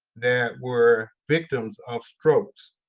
they were victims of strokes,